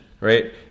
right